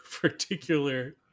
particular